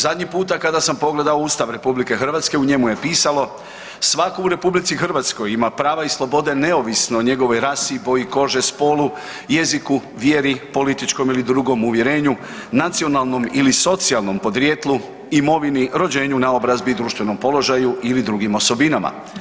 Zadnji puta kada sam pogledao u Ustav RH u njemu je pisalo, svatko u RH ima pravo i slobode neovisno o njegovoj rasi, boji kože, spolu, jeziku, vjeri, političkom ili drugom uvjerenju, nacionalnom ili socijalne podrijetlu, imovini, rođenju, naobrazbi, društvenom položaju ili drugim osobinama.